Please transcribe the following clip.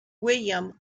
william